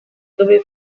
dove